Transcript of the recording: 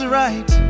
right